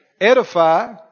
Edify